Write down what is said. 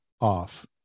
off